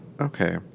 Okay